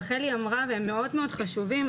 רחלי אמרה והם מאוד מאוד חשובים.